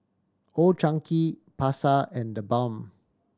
Old Chang Kee Pasar and TheBalm